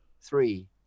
Three